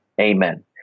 Amen